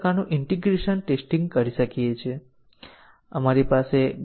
A અને block B4 નો ઉપયોગ કરશો નહીં